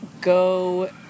go